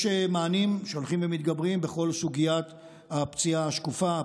יש מענים שהולכים ומתגברים בכל סוגיית הפציעה השקופה,